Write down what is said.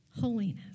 holiness